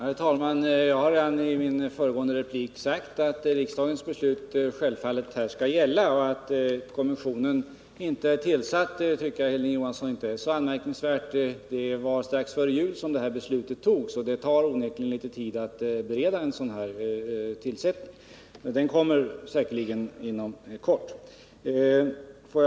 Herr talman! Jag har redan i min föregående replik sagt att riksdagens beslut självfallet skall gälla. Jag tycker vidare inte att det är så anmärkningsvärt att kommissionen inte är tillsatt. Beslutet härom fattades strax före jul, och det tar onekligen en viss tid att förbereda en sådan tillsättning. Kommissionen kommer dock säkerligen att tillsättas inom kort.